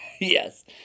Yes